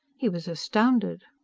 he was astounded.